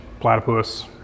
platypus